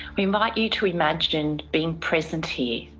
we invite you to imagine being present here.